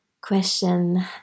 question